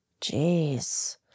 jeez